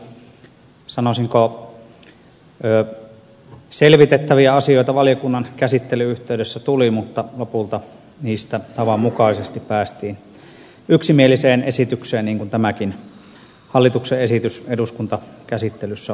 monia sanoisinko selvitettäviä asioita valiokunnan käsittelyn yhteydessä tuli mutta lopulta niistä tavanmukaisesti päästiin yksimieliseen esitykseen niin kuin tämäkin hallituksen esitys eduskuntakäsittelyssä on ollut